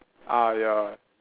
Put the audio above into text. ah ya